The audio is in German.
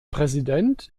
präsident